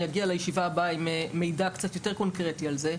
אני אגיע לישיבה הבאה עם מידע קצת יותר קונקרטי על זה.